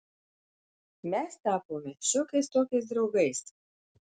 mes tapome šiokiais tokiais draugais